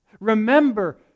Remember